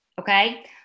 okay